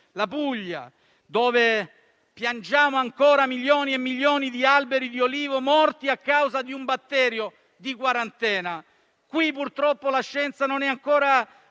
la Puglia, dove piangiamo ancora milioni e milioni di alberi di olivo morti a causa di un batterio da quarantena. Qui, purtroppo, la scienza non è ancora